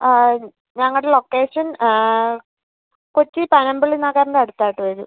ആ ഞങ്ങളുടെ ലൊക്കേഷൻ കൊച്ചി പനമ്പിള്ളി നഗറിൻ്റെ അടുത്തായിട്ട് വരും